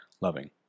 loving